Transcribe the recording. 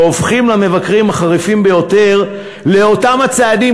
והופכים למבקרים החריפים ביותר של אותם הצעדים